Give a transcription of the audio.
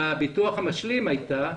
בביטוח המשלים הייתה.